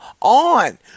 on